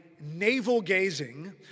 navel-gazing